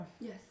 Yes